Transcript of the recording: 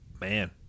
man